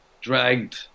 dragged